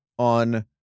on